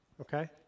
Okay